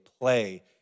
play